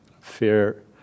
Fear